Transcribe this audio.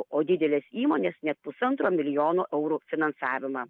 o didelės įmonės net pusantro milijono eurų finansavimą